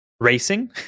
racing